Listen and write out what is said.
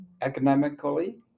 economically